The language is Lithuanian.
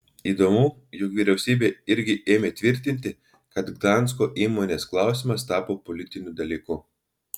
įdomu jog vyriausybė irgi ėmė tvirtinti kad gdansko įmonės klausimas tapo politiniu dalyku